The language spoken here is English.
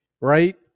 right